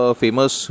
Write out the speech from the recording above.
famous